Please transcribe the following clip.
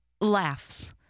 laughs